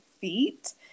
feet